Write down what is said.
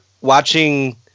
watching